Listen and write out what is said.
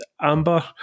amber